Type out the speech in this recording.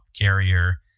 carrier